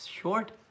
short